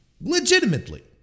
legitimately